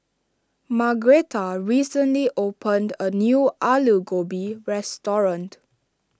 Margretta recently opened a new Alu Gobi restaurant